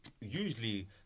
usually